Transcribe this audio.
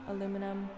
Aluminum